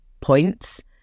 points